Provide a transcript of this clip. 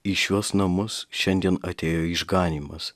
į šiuos namus šiandien atėjo išganymas